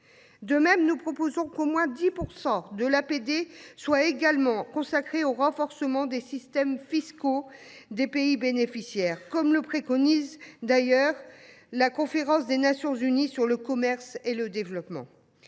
De même, nous proposons qu’au moins 10 % de l’APD soit consacrée au renforcement des systèmes fiscaux des pays bénéficiaires, comme le préconise la Conférence des Nations unies sur le commerce et le développement